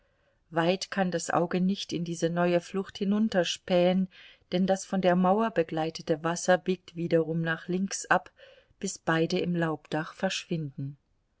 weit kann das auge nicht in diese neue flucht hinunterspähen denn das von der mauer begleitete wasser biegt wiederum nach links ab bis beide im laubdach verschwinden